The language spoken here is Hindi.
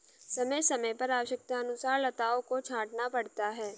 समय समय पर आवश्यकतानुसार लताओं को छांटना पड़ता है